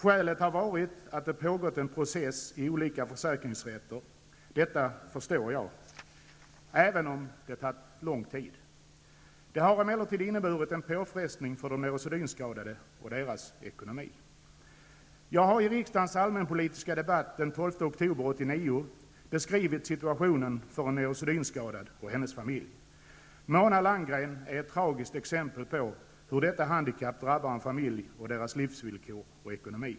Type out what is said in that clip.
Skälet har varit att det pågått en process i olika försäkringsrätter. Detta förstår jag, även om det har tagit lång tid. Det har emellertid inneburit en påfrestning för de neurosedynskadade och deras ekonomi. Jag har i riksdagens allmänpolitiska debatt den 12 oktober 1989 beskrivit situationen för en neurosedynskadad och hennes familj. Mona Landgren är ett tragiskt exempel på hur detta handikapp drabbar en familj och deras livsvillkor och ekonomi.